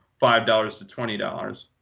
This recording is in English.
five dollars to twenty dollars.